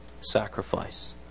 sacrifice